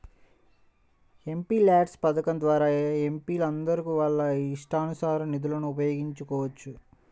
MPLADS పథకం ద్వారా ఎంపీలందరూ వాళ్ళ ఇష్టానుసారం నిధులను ఉపయోగించుకోవచ్చు